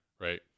right